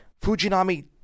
Fujinami